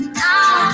now